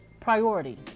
priority